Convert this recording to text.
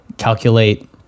calculate